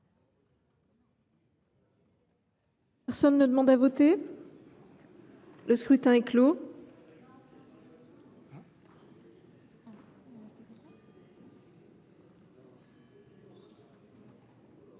Personne ne demande plus à voter ?… Le scrutin est clos.